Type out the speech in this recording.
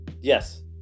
Yes